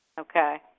Okay